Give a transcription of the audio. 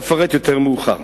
ואפרט יותר מאוחר.